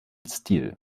stil